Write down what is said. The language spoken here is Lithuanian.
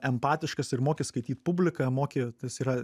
empatiškas ir moki skaityt publiką moki tas yra